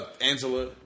Angela